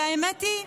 והאמת היא,